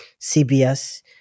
CBS